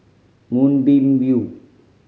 Moonbeam View